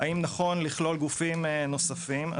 האם נכון לכלול גופים נוספים.